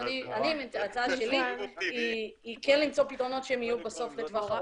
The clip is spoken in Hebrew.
אז ההצעה שלי היא כן למצוא פתרונות שיהיו בסוף לטווח ארוך.